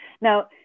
Now